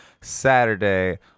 Saturday